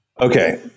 Okay